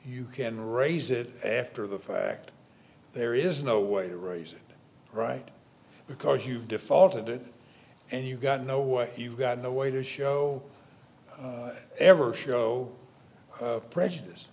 you can raise it after the fact there is no way to raise it right because you've defaulted to it and you've got no way you've got no way to show ever show prejudice